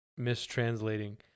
mistranslating